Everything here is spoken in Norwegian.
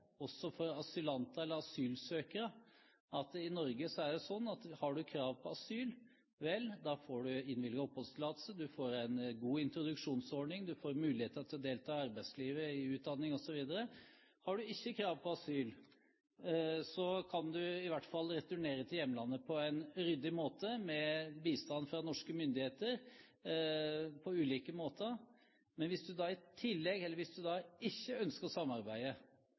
også for asylanter eller asylsøkere at det i Norge er slik at har du krav på asyl, da får du innvilget oppholdstillatelse, du får en god introduksjonsordning, du får muligheter til å delta i arbeidslivet, i utdanning, osv. Har du ikke krav på asyl, kan du i hvert fall returnere til hjemlandet på en ryddig måte med bistand fra norske myndigheter på ulike måter. Men hvis du ikke ønsker å samarbeide,